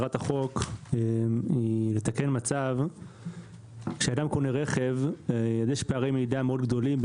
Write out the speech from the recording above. מטרת החוק היא לתקן מצב כשאדם קונה רכב אז יש פערי מידע גדולים מאוד,